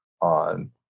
on